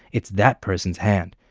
it's that person's hand!